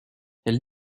elle